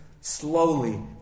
slowly